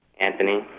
Anthony